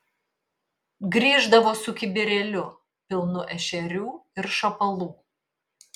grįždavo su kibirėliu pilnu ešerių ir šapalų